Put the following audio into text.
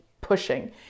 pushing